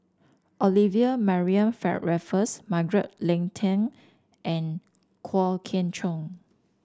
Olivia Mariamne Raffles Margaret Leng Tan and Kwok Kian Chow